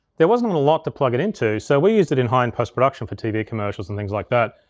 there wasn't a lot to plug it into so we used it in high-end post production for tv commercials and things like that.